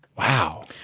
wow.